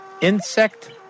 insect